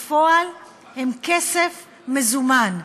הם בפועל כסף מזומן,